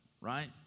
right